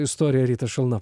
istorija rytas šalna